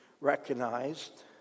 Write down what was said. recognized